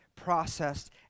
processed